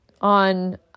on